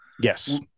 yes